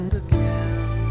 again